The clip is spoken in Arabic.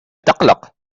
تقلق